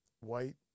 white